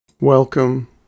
Welcome